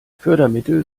fördermittel